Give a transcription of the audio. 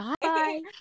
Bye